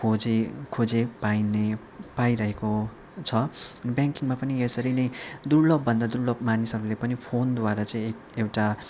खोजे खोजे पाइने पाइरहेको छ ब्याङ्किङमा पनि यसरी नै दुर्लभभन्दा दुर्लभ मानिसहरूले पनि फोनद्वारा चाहिँ एउटा